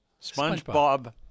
SpongeBob